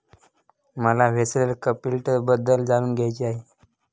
मला व्हेंचर कॅपिटलबद्दल जाणून घ्यायचे आहे